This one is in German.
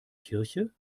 kirche